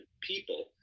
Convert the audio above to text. people